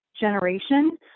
generation